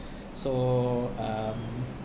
so um